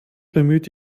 bemüht